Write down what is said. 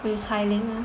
with Cai Ling